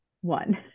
one